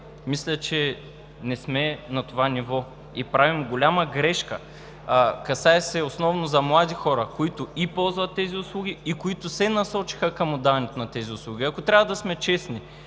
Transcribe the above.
мисля, че не сме на това ниво. Правим голяма грешка. Касае се основно за млади хора, които ползват тези услуги и които се насочиха към отдаването на тези услуги. Ако трябва да сме честни,